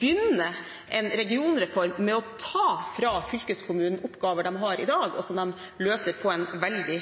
begynne en regionreform med å ta fra fylkeskommunen oppgaver den har i dag, og som den løser på en veldig